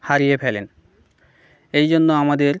হারিয়ে ফেলেন এই জন্য আমাদের